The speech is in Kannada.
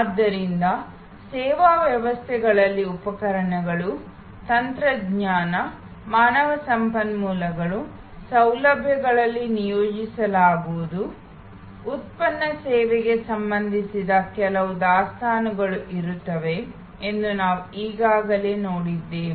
ಆದ್ದರಿಂದ ಸೇವಾ ವ್ಯವಸ್ಥೆಗಳಲ್ಲಿ ಉಪಕರಣಗಳು ತಂತ್ರಜ್ಞಾನ ಮಾನವ ಸಂಪನ್ಮೂಲಗಳು ಸೌಲಭ್ಯಗಳಲ್ಲಿ ನಿಯೋಜಿಸಲಾಗುವುದು ಉತ್ಪನ್ನ ಸೇವೆಗೆ ಸಂಬಂಧಿಸಿದ ಕೆಲವು ದಾಸ್ತಾನುಗಳು ಇರುತ್ತವೆ ಎಂದು ನಾವು ಈಗಾಗಲೇ ನೋಡಿದ್ದೇವೆ